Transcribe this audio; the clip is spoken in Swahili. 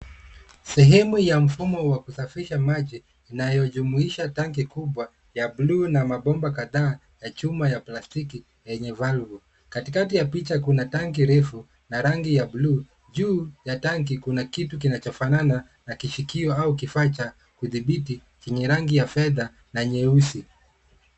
Sehemu ya mfumo wa kutafisha maji inajumuisha tanki kubwa la buluu na mabomba kadhaa ya chuma na plastiki yenye valvui. Katikati ya picha kuna tanki refu la rangi ya buluu. Juu ya tanki kuna kitu kinachofanana na kishikio au kifaa cha kudhibiti, lenye na rangi ya fedha na nyeusi.